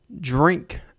drink